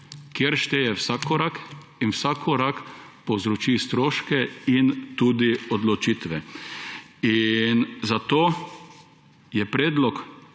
kjer šteje vsak korak in vsak korak povzroči stroške in tudi odločitve. Zato je predlog,